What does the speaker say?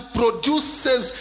produces